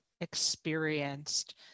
experienced